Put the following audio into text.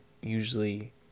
usually